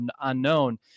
unknown